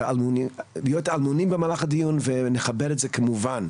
אלמוניותם במהלך הדיון, ונכבד את זה כמובן.